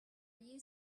you